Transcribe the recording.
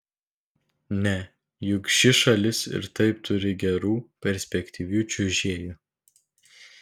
ne juk ši šalis ir taip turi gerų perspektyvių čiuožėjų